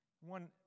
One